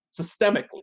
systemically